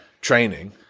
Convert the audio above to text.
training